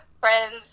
friends